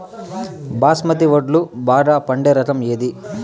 బాస్మతి వడ్లు బాగా పండే రకం ఏది